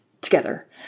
together